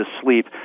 sleep